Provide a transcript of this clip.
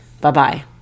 Bye-bye